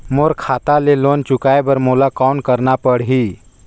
मोर खाता ले लोन चुकाय बर मोला कौन करना पड़ही?